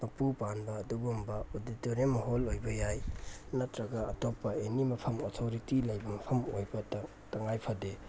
ꯃꯄꯨ ꯄꯥꯟꯕ ꯑꯗꯨꯒꯨꯝꯕ ꯑꯣꯗꯤꯇꯣꯔꯤꯌꯝ ꯍꯣꯜ ꯑꯣꯏꯕ ꯌꯥꯏ ꯅꯠꯇ꯭ꯔꯒ ꯑꯇꯣꯞꯄ ꯑꯦꯅꯤ ꯃꯐꯝ ꯑꯣꯊꯣꯔꯤꯇꯤ ꯂꯩꯕ ꯃꯐꯝ ꯑꯣꯏꯕ ꯇꯉꯥꯏ ꯐꯗꯦ